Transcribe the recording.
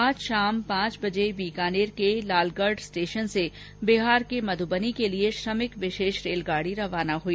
आज शाम पांच बजे बीकानेर के लालगढ़ स्टेशन से बिहार के मध्बनी के लिए श्रमिक विशेष रेलगाड़ी रवाना हई